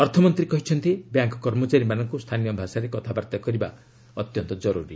ଅର୍ଥମନ୍ତ୍ରୀ କହିଛନ୍ତି ବ୍ୟାଙ୍କ୍ କର୍ମଚାରୀମାନଙ୍କୁ ସ୍ଥାନୀୟ ଭାଷାରେ କଥାବାର୍ତ୍ତା କରିବା ଅତ୍ୟନ୍ତ ଜରୁରି